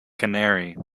canary